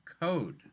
code